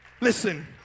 Listen